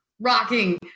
rocking